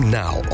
now